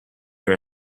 your